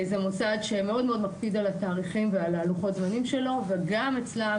זה מוסד שמאוד מאוד מקפיד על התאריכים ועל לוחות הזמנים שלו וגם אצלם